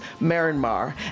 Myanmar